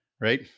right